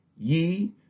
Ye